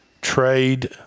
Trade